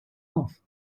auf